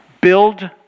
Build